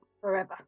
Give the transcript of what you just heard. forever